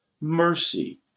mercy